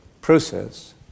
process